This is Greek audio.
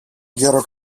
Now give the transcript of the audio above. γερο